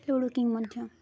ludo King ମଧ୍ୟ